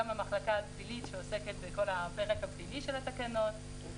והמחלקה הפלילית שעוסקת בפרק הפלילי של התקנות.